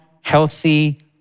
healthy